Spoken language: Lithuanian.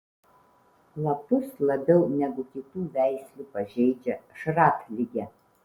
lapus labiau negu kitų veislių pažeidžia šratligė